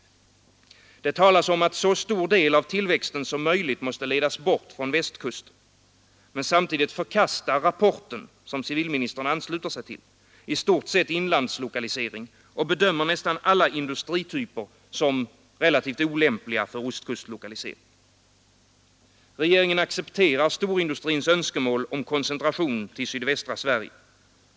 Det talas om att så stor del av tillväxten som möjligt måste ledas bort från Västkusten. Men samtidigt förkastar rapporten, som civilministern ansluter sig till, i stort sett inlandslokalisering och bedömer nästan alla industrityper som relativt olämpliga för ostkustlokalisering. Regeringen accepterar storindustrins önskemål om koncentration till sydvästra Sverige.